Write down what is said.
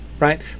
Right